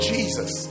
Jesus